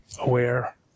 Aware